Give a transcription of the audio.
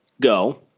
go